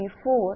685